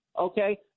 okay